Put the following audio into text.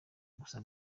gusa